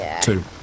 Two